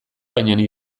baina